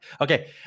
Okay